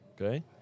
okay